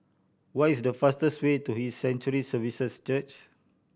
what is the fastest way to His Sanctuary Services Church